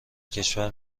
کشور